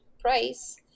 price